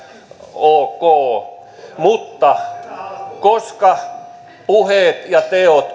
ok mutta koska puheet ja teot